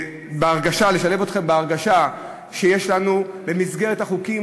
לשלב אתכם בהרגשה שיש לנו במסגרת החוקים,